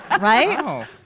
Right